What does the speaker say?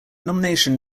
nomination